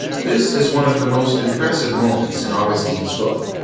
this is one of the most impressive moments in augustine's book.